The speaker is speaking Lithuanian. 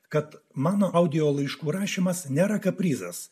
kad mano audio laiškų rašymas nėra kaprizas